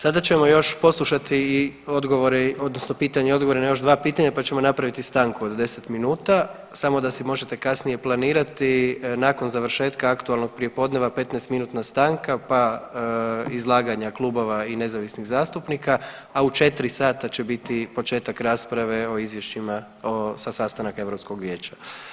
Sada ćemo još poslušati odgovore odnosno pitanja i odgovore na još 2 pitanja pa ćemo napraviti stanku od 10 minuta, samo da si možete kasnije planirati nakon završetka aktualnog prijepodneva 15 minutna stanka pa izlaganja klubova i nezavisnih zastupnika, a u 4 sata će biti početak rasprave o izvješćima sa sastanaka Europskog vijeća.